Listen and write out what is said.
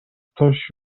ktoś